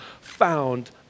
found